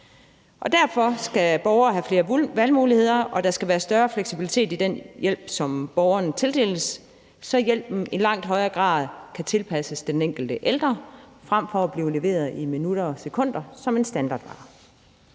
Derfor skal borgere have flere valgmuligheder, og der skal være større fleksibilitet i den hjælp, som borgeren tildeles, så hjælpen i langt højere grad kan tilpasses den enkelte ældre frem for at blive leveret i minutter og sekunder som en standardvare.